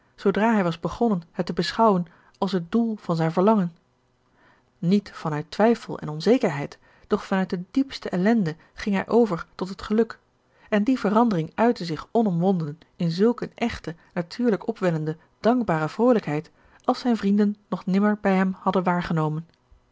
zoodra hij was begonnen het te beschouwen als het doel van zijn verlangen niet van uit twijfel en onzekerheid doch van uit de diepste ellende ging hij over tot het geluk en die verandering uitte zich onomwonden in zulk een echte natuurlijk opwellende dankbare vroolijkheid als zijn vrienden nog nimmer bij hem hadden waargenomen